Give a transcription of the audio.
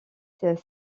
sait